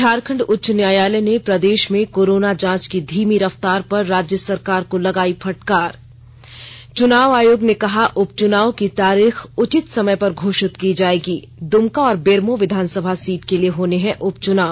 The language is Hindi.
झारखंड उच्च न्यायालय ने प्रदेश में कोरोना जांच की धीमी रफ़्तार पर राज्य सरकार को लगायी फटकार च्चनाव आयोग ने कहा उपच्चनाव की तारीख उचित समय पर घोषित की जाएगी द्रमका और बेरमो विधानसभा सीट के लिए होने हैं उपचुनाव